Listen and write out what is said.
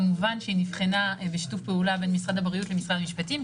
כמובן שהיא נבחנה בשיתוף פעולה בין משרד הבריאות למשרד המשפטים,